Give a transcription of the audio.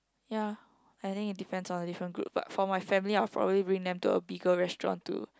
ya I think it depends on the different group but for my family I will probably bring them to a bigger restaurant to